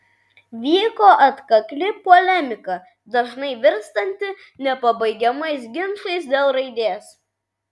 vyko atkakli polemika dažnai virstanti nepabaigiamais ginčais dėl raidės